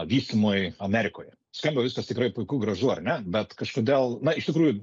vystymui amerikoje skamba viskas tikrai puiku gražu ar ne bet kažkodėl na iš tikrųjų